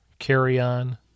carry-on